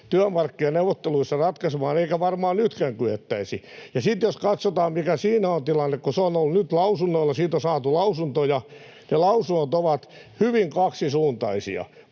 työmarkkinaneuvotteluissa ratkaisemaan, eikä varmaan nytkään kyettäisi. Sitten jos katsotaan, mikä siinä on tilanne, kun se on ollut nyt lausunnoilla ja siitä on saatu lausuntoja, niin ne lausunnot ovat hyvin kaksisuuntaisia.